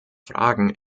fragen